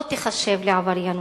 לא ייחשבו לעבריינות.